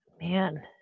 man